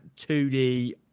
2D